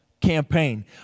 campaign